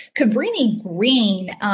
Cabrini-Green